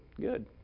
good